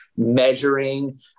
measuring